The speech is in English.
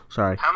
Sorry